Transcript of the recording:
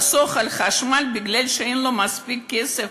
לחסוך בחשמל מפני שאין לו מספיק כסף?